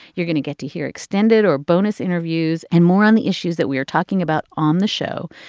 you're going to get to hear extended or bonus interviews and more on the issues that we're talking about on the show.